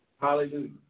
Hallelujah